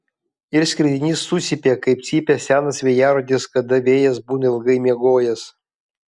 ir skridinys sucypė kaip cypia senas vėjarodis kada vėjas būna ilgai miegojęs